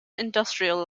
industrial